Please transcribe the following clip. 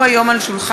לברוח